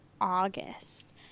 August